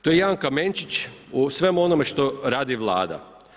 To je jedan kamenčić u svemu onome što radi Vlada.